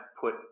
put